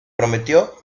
prometió